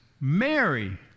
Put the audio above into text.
Mary